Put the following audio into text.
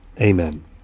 Amen